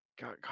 God